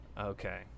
Okay